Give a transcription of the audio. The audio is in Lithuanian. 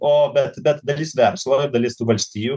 o bet bet dalis verslo ir dalis tų valstijų